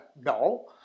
no